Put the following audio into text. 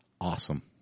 awesome